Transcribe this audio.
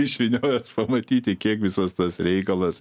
išvyniot vat pamatyti kiek visas tas reikalas